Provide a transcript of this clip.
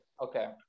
Okay